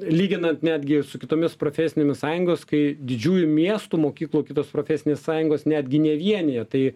lyginant netgi su kitomis profesinėmis sąjungos kai didžiųjų miestų mokyklų kitos profesinės sąjungos netgi nevienija tai